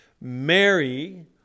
Mary